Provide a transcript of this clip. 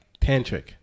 tantric